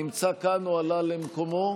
נמצא כאן או עלה למקומו?